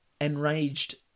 enraged